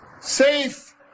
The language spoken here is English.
safe